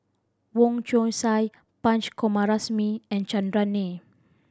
Wong Chong Sai Punch Coomaraswamy and Chandran Nair